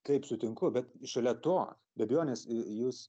taip sutinku bet šalia to be abejonės jūs